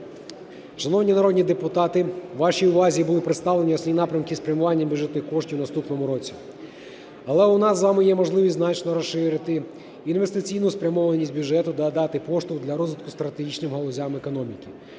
Шановні народні депутати, вашій увазі були представлені основні напрямки спрямування бюджетних коштів в наступному році. Але у нас з вами є можливість значно розширити інвестиційну спрямованість бюджету, додати поштовх для розвитку стратегічним галузям економіки.